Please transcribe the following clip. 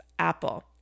Apple